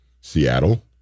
Seattle